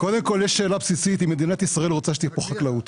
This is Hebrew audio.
יש שאלה בסיסית האם מדינת ישראל רוצה שתהיה פה חקלאות?